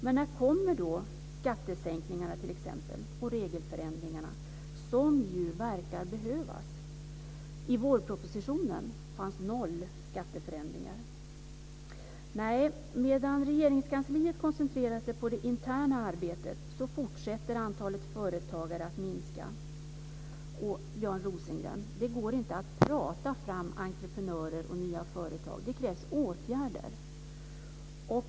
Men när kommer skattesänkningarna och regelförenklingarna, som ju verkar behövas? I vårpropositionen fanns noll skatteförenklingar. Nej, medan Regeringskansliet koncentrerar sig på det interna arbetet fortsätter antalet företagare att minska. Det går inte, Björn Rosengren, att prata fram entreprenörer och nya företag, det krävs åtgärder.